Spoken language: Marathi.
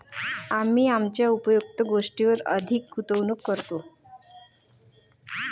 आम्ही आमच्या उपयुक्त गोष्टींवर अधिक गुंतवणूक करतो